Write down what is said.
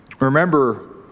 Remember